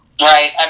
Right